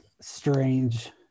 strange